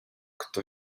kto